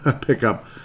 pickup